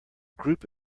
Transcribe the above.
group